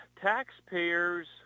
taxpayers